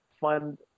fund